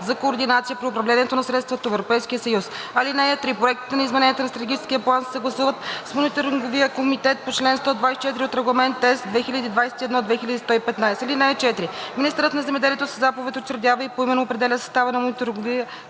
за координация при управлението на средствата от Европейския съюз. (3) Проектите на измененията на Стратегическия план се съгласуват с мониторинговия комитет по чл. 124 от Регламент (ЕС) 2021/2115. (4) Министърът на земеделието със заповед учредява и поименно определя състава на мониторинговия комитет